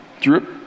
drip